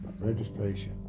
registration